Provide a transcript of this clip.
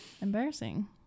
Embarrassing